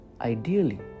Ideally